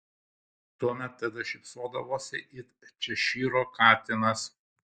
tuomet tedas šypsodavosi it češyro katinas